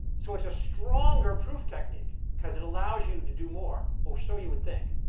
so it's a stronger proof technique, because it allows you to do more or so you would think.